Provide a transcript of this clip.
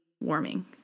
warming